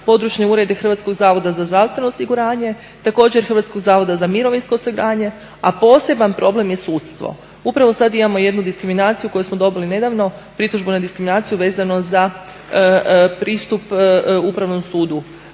područne urede Hrvatskog zavoda za zdravstveno osiguranje, također Hrvatskog zavoda za mirovinsko osiguranje, a poseban problem je sudstvo. Upravo sad imamo jednu diskriminaciju koju smo dobili nedavno, pritužbu na diskriminaciju vezano za pristup Upravnom sudu